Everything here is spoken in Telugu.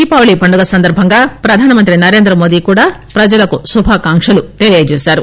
దీపావళి పండుగ సందర్బంగా ప్రధానమంత్రి నరేంద్ర మోదీ కూడా ప్రజలకు శుభాకాంక్షలు తెలియజేశారు